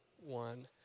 one